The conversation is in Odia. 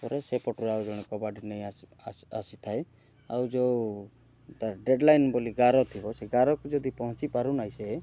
ପରେ ସେପଟରୁ ଆଉ ଜଣେ କବାଡ଼ି ନେଇ ଆସି ଆସିଥାଏ ଆଉ ଯେଉଁ ତା'ର ଡ଼େଡ଼୍ ଲାଇନ୍ ବୋଲି ଗାର ଥିବ ସେଇ ଗାରକୁ ଯଦି ପହଞ୍ଚି ପାରୁନାହିଁ ସିଏ